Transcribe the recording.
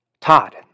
Todd